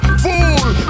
Fool